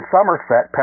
Somerset